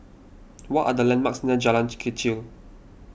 what are the landmarks near Jalan Kechil